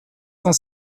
cent